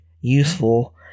useful